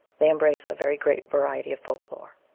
they embrace a very great variety of folk-lore.